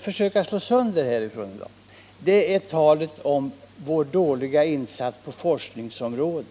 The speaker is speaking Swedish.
försöka slå sönder här i dag, och det är myten om vår dåliga insats på forskningsområdet.